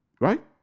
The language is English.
Right